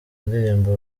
ndirimbo